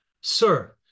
Sir